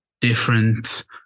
different